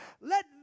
let